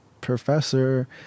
professor